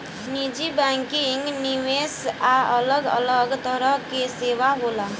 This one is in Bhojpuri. निजी बैंकिंग, निवेश आ अलग अलग तरह के सेवा होला